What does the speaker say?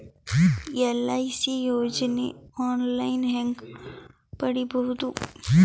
LIC ಯೋಜನೆ online ಹೇಂಗ ಪಡಿಬಹುದು?